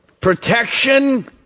Protection